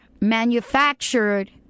manufactured